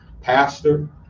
pastor